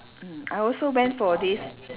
mm I also went for this